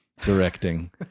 directing